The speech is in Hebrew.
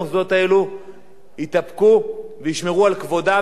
וישמרו על כבודה וביטחונה של מדינת ישראל.